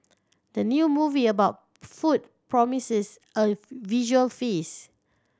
the new movie about food promises a visual feast